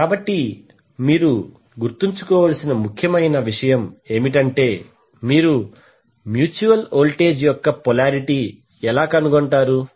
కాబట్టి మీరు గుర్తుంచుకోవలసిన ముఖ్యమైన విషయం ఏమిటంటే మీరు మ్యూచువల్ వోల్టేజ్ యొక్క పొలారిటీ ఎలా కనుగొంటారు